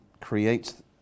creates